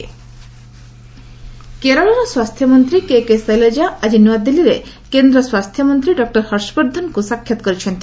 Harshvardhan Nipah କେରଳର ସ୍ୱାସ୍ଥ୍ୟମନ୍ତ୍ରୀ K K Shailaja ଆଜି ନ୍ତଆଦିଲ୍ଲୀରେ କେନ୍ଦ୍ର ସ୍ୱାସ୍ଥ୍ୟମନ୍ତ୍ରୀ ଡକ୍ଟର ହର୍ଷବର୍ଦ୍ଧନଙ୍କୁ ସାକ୍ଷାତ୍ କରିଛନ୍ତି